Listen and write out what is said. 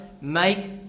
make